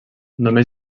només